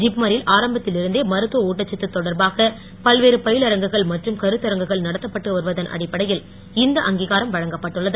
ஜிப்மரில் ஆரம்பத்தில் இருந்தே மருத்துவ ஊட்டச்சத்து தொடர்பாக பல்வேறு பயிலரங்குகள் மற்றும் கருத்தரங்குகள் நடத்தப்பட்டு வருவதன் அடிப்படையில் இந்த அங்கீகாரம் வழங்கப்பட்டுள்ளது